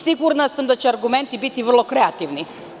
Sigurna sam da će argumenti biti vrlo kreativni.